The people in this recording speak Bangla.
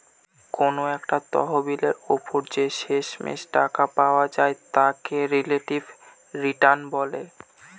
কোনো একটা তহবিলের ওপর যে শেষমেষ টাকা পাওয়া যায় তাকে রিলেটিভ রিটার্ন বলে